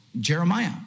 Jeremiah